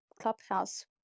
clubhouse